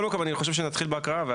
אני חושב שנתחיל בהקראה.